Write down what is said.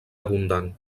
abundant